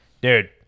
dude